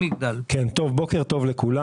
בוקר טוב לכולם.